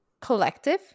Collective